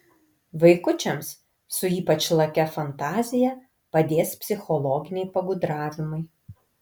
vaikučiams su ypač lakia fantazija padės psichologiniai pagudravimai